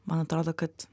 man atrodo kad